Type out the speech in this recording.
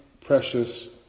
precious